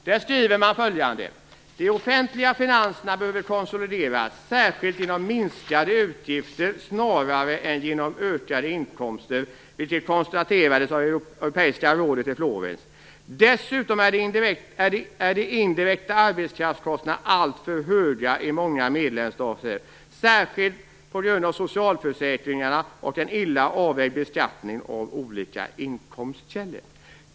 Där skriver man följande: De offentliga finanserna behöver konsolideras, särskilt genom minskade utgifter snarare än genom ökade inkomster, vilket konstaterades av Europeiska rådet i Florens. Dessutom är de indirekta arbetskraftskostnader alltför höga i många medlemsstater, särskilt på grund av socialförsäkringarna och en illa avvägd beskattning av olika inkomstkällor.